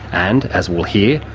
and, as we'll hear,